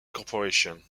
corporation